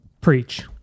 preach